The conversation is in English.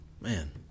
Man